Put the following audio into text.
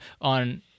on